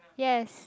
yes